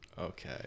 Okay